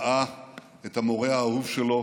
ראה את המורה האהוב שלו